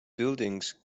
buildings